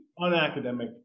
unacademic